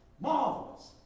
Marvelous